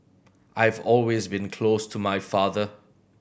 I have always been close to my father